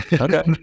Okay